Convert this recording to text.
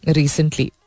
recently